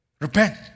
repent